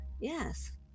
yes